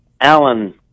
Alan